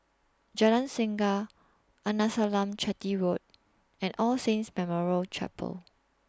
Jalan Singa Arnasalam Chetty Road and All Saints Memorial Chapel